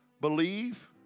Believe